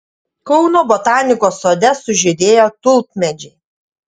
kauno botanikos sode sužydėjo tulpmedžiai